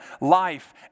life